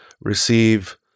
receive